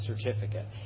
certificate